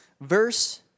Verse